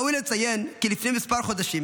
ראוי לציין כי לפני כמה חודשים,